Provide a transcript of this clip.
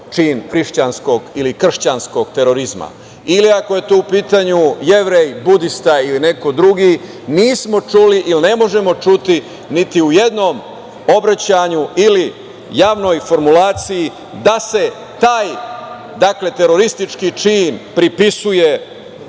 čin hrišćanskog ili kršćanskog terorizma. Ili ako je u pitanju Jevrej, Budista ili neko drugi, nismo čuli ili ne možemo čuti niti u jednom obraćanju ili javnoj formulaciji da se taj teroristički čin pripisuje